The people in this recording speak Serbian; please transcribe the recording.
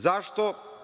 Zašto?